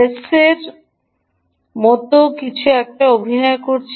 প্রেসের মতো কিছু আছে যা সে অভিনয় করতে পারে